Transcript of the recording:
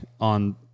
on